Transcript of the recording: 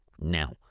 now